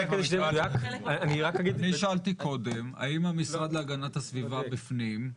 אני שאלתי קודם האם המשרד להגנת הסביבה בפנים,